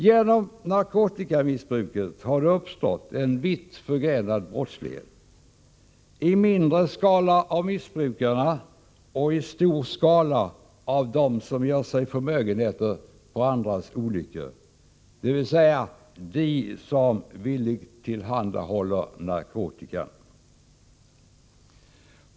Genom narkotikamissbruket har det uppstått en vitt förgrenad brottslighet, i mindre skala av missbrukarna och i stor skala av dem som gör sig förmögenheter på andras olyckor, dvs. av dem som villigt tillhandahåller narkotikan.